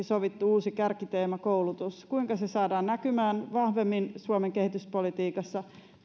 sovittu uusi kärkiteema koulutus saadaan näkymään vahvemmin suomen kehityspolitiikassa